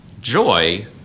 joy